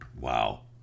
Wow